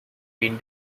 been